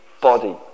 body